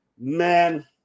Man